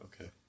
Okay